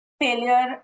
failure